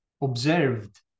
observed